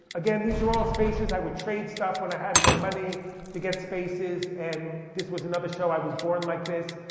again these are all spaces. i would trade stuff when i had no money to get spaces. and this was another show, i was born like this.